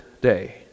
day